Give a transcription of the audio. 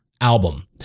album